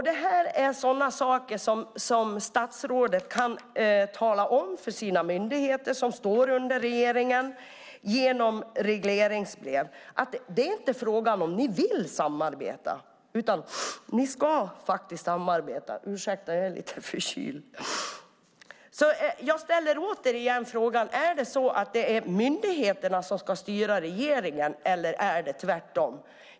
Detta är sådana saker som statsrådet kan tala om för sina myndigheter, som står under regeringen, genom regleringsbrev och säga: Det är inte frågan om ifall ni vill samarbeta, utan ni ska samarbeta! Jag ställer återigen frågan: Är det myndigheterna som ska styra regeringen eller är det tvärtom?